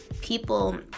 people